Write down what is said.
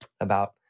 about-